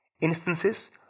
Instances